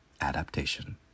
adaptation